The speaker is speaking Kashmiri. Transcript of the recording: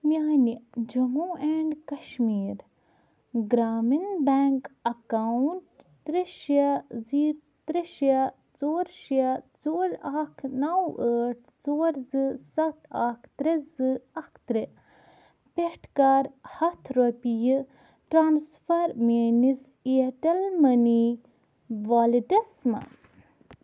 میانہِ Jammu and Kashmir Gramin bank account ترٛےٚ شےٚ زِ ترٛےٚ شےٚ ژور شےٚ ژور اکھ نَو ٲٹھ ژور زٕ سَتھ اکھ ترٛےٚ زٕ اکھ ترٛےٚ پٮ۪ٹھ کر ہَتھ رۄپیہِ ٹرانسفر میٛٲنِس اِیرٹل مٔنی والِٹس منٛز